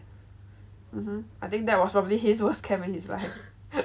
mmhmm I think that was probably his worst camp in his life